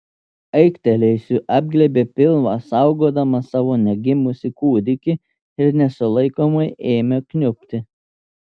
aiktelėjusi apglėbė pilvą saugodama savo negimusį kūdikį ir nesulaikomai ėmė kniubti